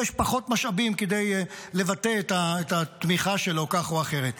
פחות משאבים כדי לבטא את התמיכה שלו כך או אחרת.